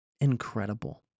Incredible